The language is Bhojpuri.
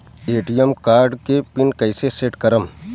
ए.टी.एम कार्ड के पिन कैसे सेट करम?